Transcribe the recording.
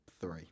three